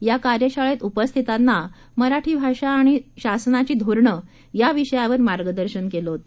या कार्यशाळेत उपस्थितांना मराठी भाषा आणि शासनाची धोरणं या विषयावर मार्गदर्शन केलं केलं